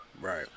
Right